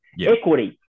Equity